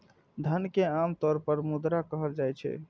धन कें आम तौर पर मुद्रा कहल जाइ छै